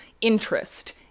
interest